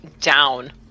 down